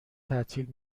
تعطیل